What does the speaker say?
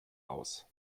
aus